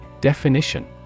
Definition